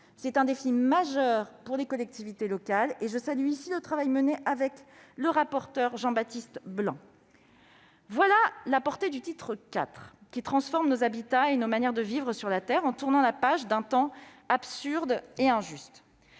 C'est un défi majeur pour les collectivités locales, et je salue le travail mené ici avec le rapporteur Jean-Baptiste Blanc. Telle est la portée du titre IV, qui transforme nos habitats et nos manières de vivre sur la terre en tournant la page d'un temps absurde et injuste.